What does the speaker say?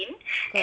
correct